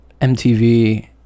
MTV